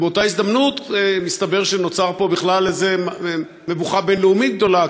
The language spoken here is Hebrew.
ובאותה הזדמנות מסתבר שנוצרה פה בכלל איזו מבוכה בין-לאומית גדולה,